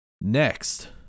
Next